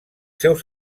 seus